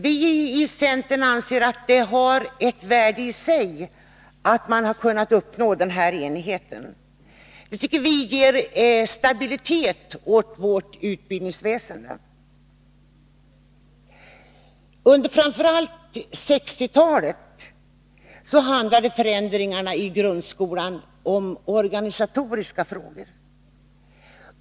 Viicentern anser att det har ett värde i sig att man har kunnat uppnå denna enighet. Det tycker vi ger stabilitet åt utbildningsväsendet. Under framför allt 1960-talet handlade förändringarna i grundskolan om organisatoriska frågor.